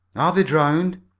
are they drowned?